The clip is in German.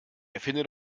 erfinde